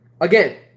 Again